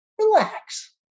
relax